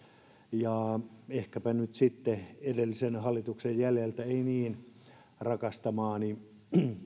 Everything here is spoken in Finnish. ja meillä on ehkäpä nyt sitten edellisen hallituksen jäljiltä eräs ei niin rakastamani